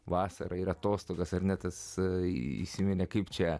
vasarą ir atostogas ar ne tasai įsiminė kaip čia